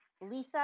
Lisa